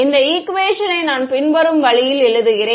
இந்த ஈக்குவேஷனை நான் பின்வரும் வழியில் எழுதுகிறேன்